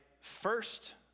first